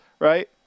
right